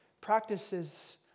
Practices